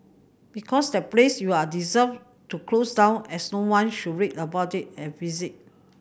because that place you're deserve to close down as no one should read about it and visit